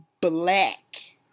black